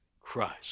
Christ